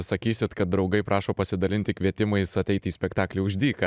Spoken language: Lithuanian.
sakysit kad draugai prašo pasidalinti kvietimais ateiti į spektaklį už dyką